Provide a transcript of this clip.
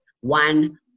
one